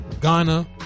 ghana